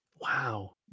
Wow